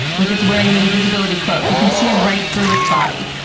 like it's wearing an invisibility cloak, you can see right through its body.